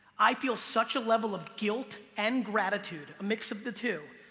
i feel such a level of guilt and gratitude, a mix of the two,